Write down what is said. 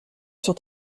sur